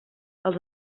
els